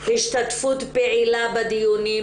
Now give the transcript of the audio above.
השתתפות פעילה בדיונים